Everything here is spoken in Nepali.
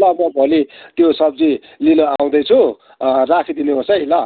ल म भोलि त्यो सब्जी लिनु आउँदैछु राखिदिनुहोस् है ल